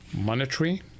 monetary